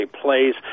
plays